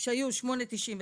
שהיו 8.99,